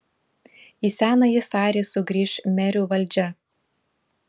į senąjį sarį sugrįš merių valdžia